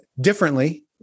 differently